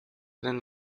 than